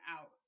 out